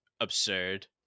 absurd